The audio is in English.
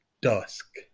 Dusk